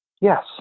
Yes